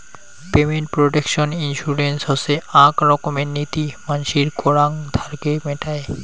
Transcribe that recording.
payment protection insurance হসে আক রকমের নীতি মানসির করাং ধারকে মেটায়